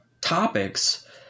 topics